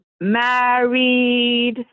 Married